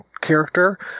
character